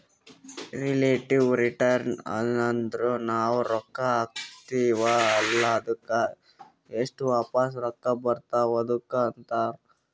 relative return ಅಂದುರ್ ನಾವು ರೊಕ್ಕಾ ಹಾಕಿರ್ತಿವ ಅಲ್ಲಾ ಅದ್ದುಕ್ ಎಸ್ಟ್ ವಾಪಸ್ ರೊಕ್ಕಾ ಬರ್ತಾವ್ ಅದುಕ್ಕ ಅಂತಾರ್